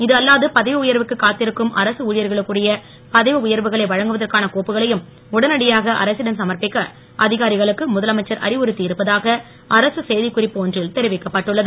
இதுஅல்லாது பதவி உயர்வுக்கு காத்திருக்கும் அரசு ஊழியர்களுக்குரிய பதவி உயர்வுகளை வழங்குவதற்கான கோப்புகளையும் உடனடியாக அரசிடம் சமர்ப்பிக்க அதிகாரிகளுக்கு முதலமைச்சர் அறிவுறுத்தி இருப்பதாக அரசு செய்தி குறிப்பு ஒன்றில் தெரிவிக்கப்பட்டுள்ளது